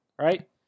right